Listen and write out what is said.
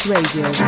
Radio